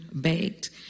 baked